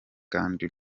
kandi